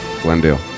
Glendale